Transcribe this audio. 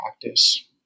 practice